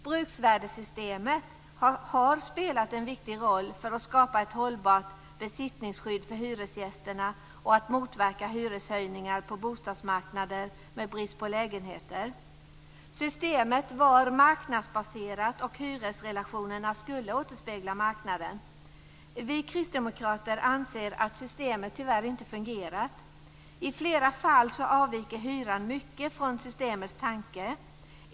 Bruksvärdessystemet har spelat en viktig roll för att skapa ett hållbart besittningsskydd för hyresgästerna och för att motverka hyreshöjningar på bostadsmarknader med brist på lägenheter. Systemet var marknadsbaserat och hyresrelationerna skulle återspegla marknaden. Vi kristdemokrater anser att systemet tyvärr inte har fungerat. I flera fall avviker hyran mycket från systemets tanke.